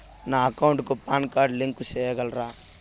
నా అకౌంట్ కు PAN card link సేయగలరా?